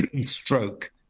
stroke